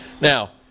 Now